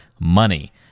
money